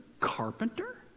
carpenter